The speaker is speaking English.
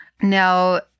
Now